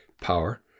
power